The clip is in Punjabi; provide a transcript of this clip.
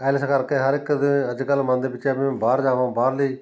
ਐਲਸ ਕਰਕੇ ਹਰ ਇੱਕ ਦੇ ਅੱਜ ਕੱਲ੍ਹ ਮਨ ਦੇ ਵਿੱਚ ਹੈ ਵੀ ਮੈਂ ਬਾਹਰ ਜਾਵਾਂ ਬਾਹਰਲੇ